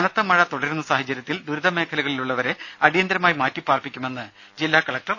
കനത്ത മഴ തുടരുന്ന സാഹചര്യത്തിൽ ദുരിതമേഖലകളിലുള്ളവരെ അടിയന്തിരമായി മാറ്റിപ്പാർപ്പിക്കുമെന്ന് ജില്ലാ കലക്ടർ എച്ച്